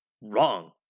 Wrong